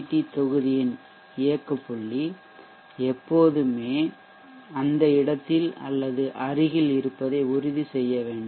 D தொகுதியின் இயக்கப் புள்ளி எப்போதுமே அந்த இடத்தில் அல்லது அருகில் இருப்பதை உறுதி செய்ய வேண்டும்